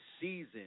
season